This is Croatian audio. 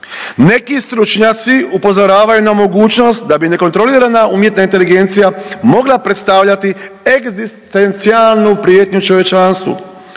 Neki stručnjaci upozoravaju na mogućnost da bi nekontrolirana umjetna inteligencija mogla predstavljati egzistencijalnu prijetnju čovječanstvu,